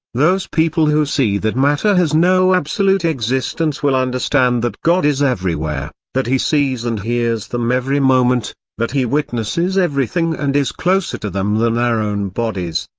those people who see that matter has no absolute existence will understand that god is everywhere, that he sees and hears them every moment, that he witnesses everything and is closer to them than their own bodies,